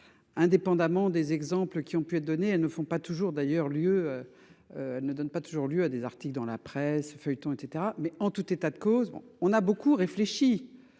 indépendamment des exemples qui ont pu être donnés. Elles ne donnent pas toujours lieu à des articles dans la presse ou à un feuilleton. En tout état de cause, nous avons beaucoup réfléchi